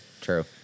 true